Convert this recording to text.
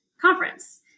conference